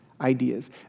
ideas